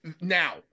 now